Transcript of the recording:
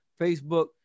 Facebook